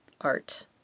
art